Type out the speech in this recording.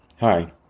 Hi